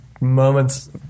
moments